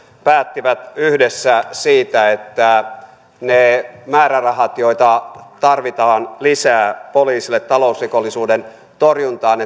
päättivät yhdessä siitä että ne määrärahat joita tarvitaan lisää poliisille talousrikollisuuden torjuntaan